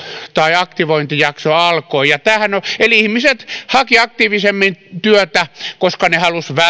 tai aktivointijakso alkoi eli ihmiset hakivat aktiivisemmin työtä koska he halusivat välttää tällaiset